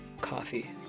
Coffee